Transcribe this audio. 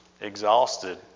exhausted